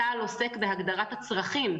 צה"ל עוסק בהגדרת הצרכים,